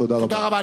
תודה רבה.